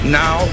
now